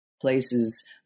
places